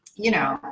you know,